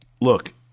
Look